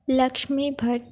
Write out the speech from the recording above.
Lakshmibhat